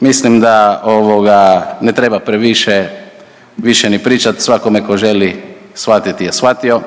mislim da ovoga ne treba previše više ni pričat, svakome tko želi shvatiti je shvatio.